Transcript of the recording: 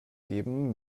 geben